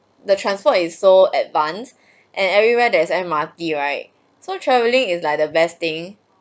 the transport is so advance and everywhere there is M_R_T right so travelling is like the best thing